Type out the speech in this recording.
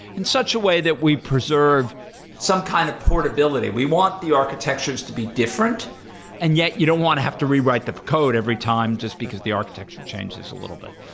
in such a way that we preserve some kind of portability. we want the architectures to be different and yet, you don't want to have to rewrite the code every time just because the architecture changes a little bit.